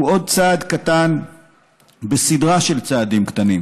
הוא עוד צעד קטן בסדרה של צעדים קטנים